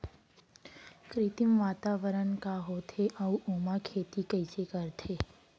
कृत्रिम वातावरण का होथे, अऊ ओमा खेती कइसे करथे?